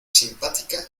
simpática